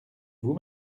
vous